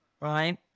right